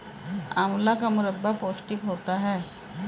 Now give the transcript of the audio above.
आंवला का मुरब्बा पौष्टिक होता है